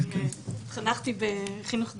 התחנכתי בחינוך דתי.